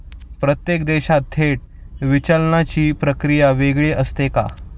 प्रत्येक देशात थेट विचलनाची प्रक्रिया वेगळी असते का?